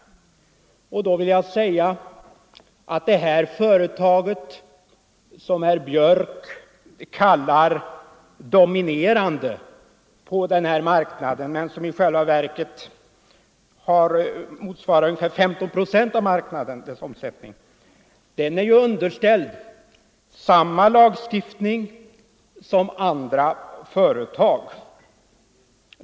Jag vill påminna om att detta företag — som herr Björck kallar dominerande på marknaden, men som i själva verket motsvarar ungefär 15 96 av marknaden - är underställt samma lagstiftning som andra företag.